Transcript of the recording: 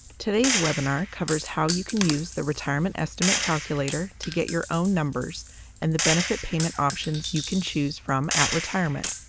today's webinar covers how you can use the retirement estimate calculator to get your own numbers and the benefit payment options you can choose from at retirement.